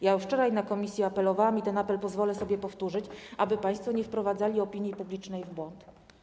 Ja już wczoraj na posiedzeniu komisji apelowałam, i ten apel pozwolę sobie powtórzyć, aby państwo nie wprowadzali opinii publicznej w błąd.